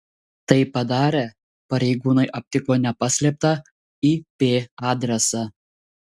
tai padarę pareigūnai aptiko nepaslėptą ip adresą